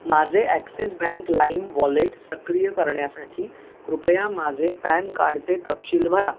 माझे Axis Bank Lime wallet सक्रिय करण्यासाठी कृपया माझे पॅन कार्डचे तपशील भरा